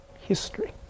history